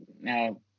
now